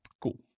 Cool